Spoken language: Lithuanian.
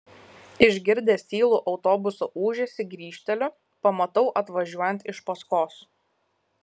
išgirdęs tylų autobuso ūžesį grįžteliu pamatau atvažiuojant iš paskos